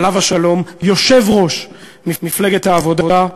עליו השלום, יושב-ראש מפלגת העבודה,